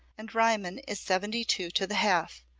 and riemann is seventy two to the half,